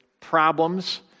problems